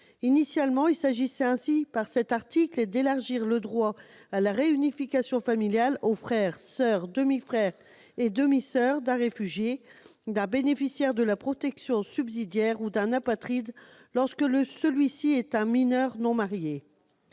Initialement, il s'agissait, par cet article, d'élargir le droit à la réunification familiale aux frères, soeurs, demi-frères et demi-soeurs d'un réfugié, d'un bénéficiaire de la protection subsidiaire ou d'un apatride, lorsque celui-ci est un mineur non marié.